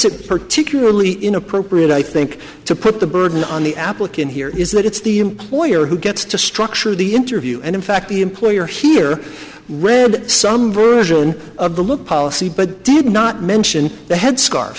it particularly inappropriate i think to put the burden on the applicant here is that it's the employer who gets to structure the interview and in fact the employer here read some version of the look policy but did not mention the headscar